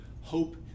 hope